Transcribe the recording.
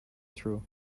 through